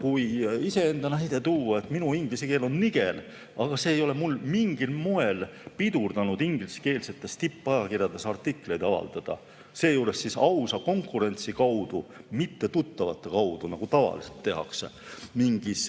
Kui iseenda kohta näide tuua, siis minu inglise keel on nigel, aga see ei ole mind mingil moel pidurdanud ingliskeelsetes tippajakirjades artiklite avaldamist, seejuures ausa konkurentsi kaudu, mitte tuttavate kaudu, nagu tavaliselt tehakse mingis